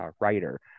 writer